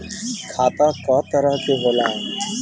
खाता क तरह के होला?